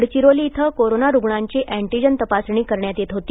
गडचिरोली इथं कोरोना रुग्णांची एंटिजेन तपासणी करण्यात येत होती